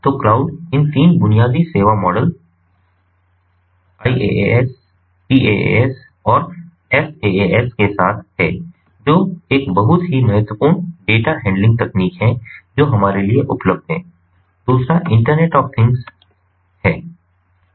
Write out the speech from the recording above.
तो क्लाउड इन 3 बुनियादी सेवा मॉडल IaaS PaaS और SaaS के साथ है जो एक बहुत ही महत्वपूर्ण डेटा हैंडलिंग तकनीक है जो हमारे लिए उपलब्ध है दूसरा इंटरनेट ऑफ़ थिंग्स चीज़ों का इंटरनेट है